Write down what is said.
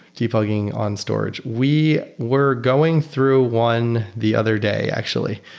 debugging on storage. we were going through one the other day actually.